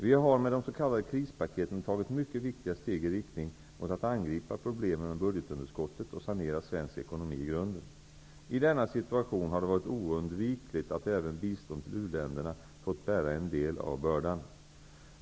Vi har med de s.k. krispaketen tagit mycket viktiga steg i riktning mot att angripa problemen med budgetunderskottet och sanera svensk ekonomi i grunden. I denna situation har det varit oundvikligt att även bistånd till u-länderna fått bära en del av bördan.